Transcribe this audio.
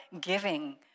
giving